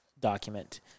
document